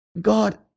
God